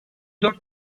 dört